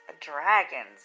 dragons